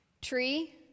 Tree